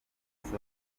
amaso